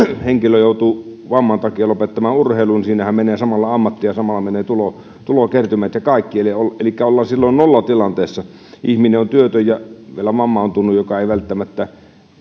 henkilö joutuu vamman takia lopettamaan urheilun menee samalla ammatti ja tulokertymät ja kaikki elikkä silloin ollaan nollatilanteessa ihminen on työtön ja vielä vammautunut mikä ei välttämättä